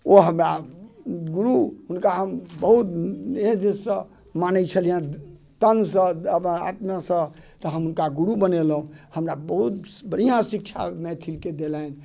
ओ हमरा गुरु हुनका हम गुरु बहुत नेह से माने छलिअनि तनसँ आत्मासँ तऽ हम हुनका गुरु बनेलहुँ हमरा बहुत बढ़िआँ शिक्षा मैथिलके देलनि